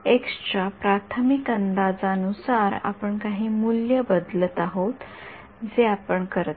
एक्सच्या प्राथमिक अंदाजानुसार आपण काही मूल्य बदलत आहोत जे आपण करत आहोत